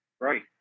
Right